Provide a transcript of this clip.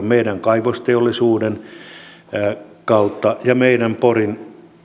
meidän kaivosteollisuutemme liikenneinfran ja porin